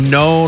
no